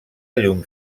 llum